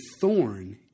thorn